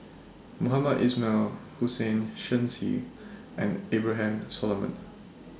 Mohamed Ismail Hussain Shen Xi and Abraham Solomon